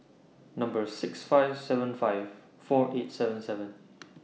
Number six five seven five four eight seven seven